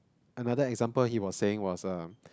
another example he was saying was um